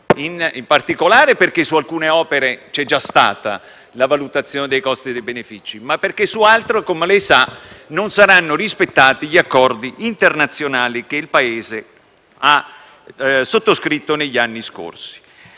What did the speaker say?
in particolare perché su alcune opere c'è già stata la valutazione costi-benefici e poi perché, come lei sa, non saranno rispettati gli accordi internazionali che il Paese ha sottoscritto negli anni scorsi.